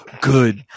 Good